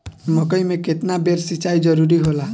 मकई मे केतना बेर सीचाई जरूरी होला?